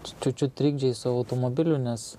čiučiut trikdžiai su automobiliu nes